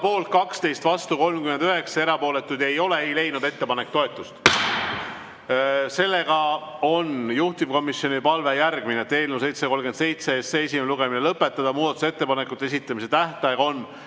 12, vastu 39, erapooletuid ei ole, ei leidnud ettepanek toetust. Seega on juhtivkomisjoni palve järgmine: eelnõu 737 esimene lugemine lõpetada. Muudatusettepanekute esitamise tähtaeg on